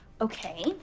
Okay